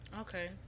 okay